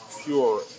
pure